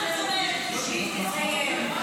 (חברת הכנסת טלי גוטליב יוצאת מאולם המליאה.) מה זאת אומרת כשהיא תסיים?